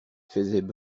faisaient